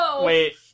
wait